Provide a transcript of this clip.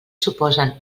suposen